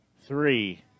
three